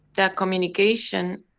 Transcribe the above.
that communication.